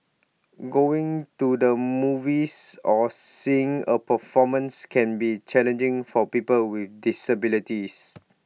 going to the movies or seeing A performance can be challenging for people with disabilities